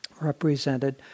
represented